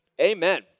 amen